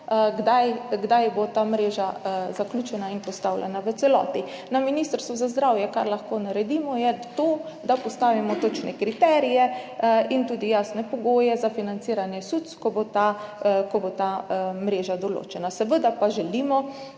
kdaj bo ta mreža zaključena in postavljena v celoti. Na Ministrstvu za zdravje lahko naredimo to, da postavimo točne kriterije in tudi jasne pogoje za financiranje SUC-ev, ko bo ta mreža določena, seveda pa želimo